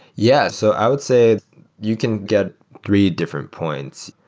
yes. so i would say you can get three different points.